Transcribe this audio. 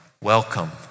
welcome